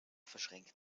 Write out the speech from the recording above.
verschränkt